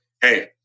hey